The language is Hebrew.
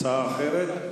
הצעה אחרת?